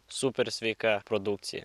super sveika produkcija